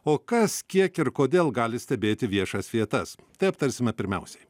o kas kiek ir kodėl gali stebėti viešas vietas tai aptarsime pirmiausiai